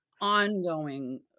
ongoing